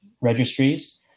registries